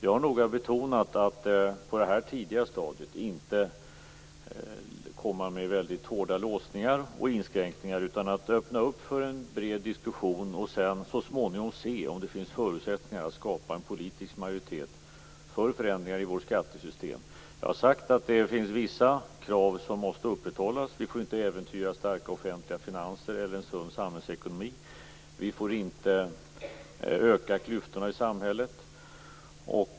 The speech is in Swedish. Jag har noga betonat att man på det här tidiga stadiet inte skall komma med hårda låsningar och inskränkningar, utan öppna för en bred diskussion och så småningom se om det finns förutsättningar att skapa en politisk majoritet för förändringar i vårt skattesystem. Jag har sagt att det finns vissa krav som måste upprätthållas: Vi får inte äventyra starka offentliga finanser eller en sund samhällsekonomi, och vi får inte öka klyftorna i samhället.